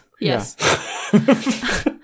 Yes